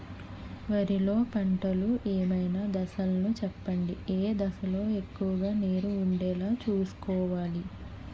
వరిలో పంటలు ఏమైన దశ లను చెప్పండి? ఏ దశ లొ ఎక్కువుగా నీరు వుండేలా చుస్కోవలి?